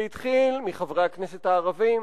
זה התחיל מחברי הכנסת הערבים.